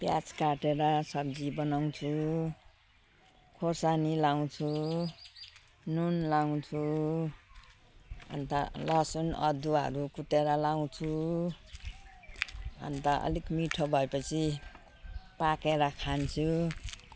प्याज काटेर सब्जी बनाउँछु खोर्सानी लगाउँछु नुन लगाउँछु अन्त लसुन अदुवाहरू कुटेर लगाउँछु अन्त अलिक मिठो भएपछि पाकेर खान्छु